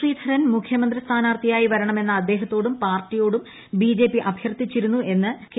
ശ്രീധരൻ മുഖ്യമന്ത്രി സ്ഥാനാർത്ഥിയായി വരണമെന്ന് അദ്ദേഹത്തോടും പാർട്ടിയോടും ബിജെപി അഭ്യർത്ഥിച്ചിരുന്നു എന്ന കെ